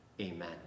Amen